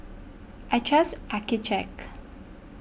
I trust Accucheck